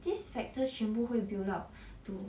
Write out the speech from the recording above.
these factors 全部会 build up to